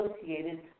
associated